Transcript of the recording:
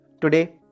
Today